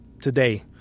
today